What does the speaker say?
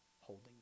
holding